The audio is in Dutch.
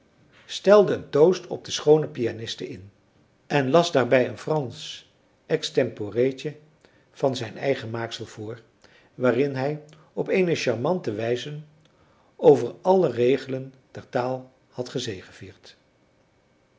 stelde een toost op de schoone pianiste in en las daarbij een fransch extemporeetje van zijn eigen maaksel voor waarin hij op eene charmante wijze over alle regelen der taal had gezegevierd